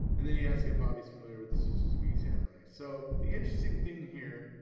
and then he asked if bobby is familiar with the suzuki samurai. so the interesting thing here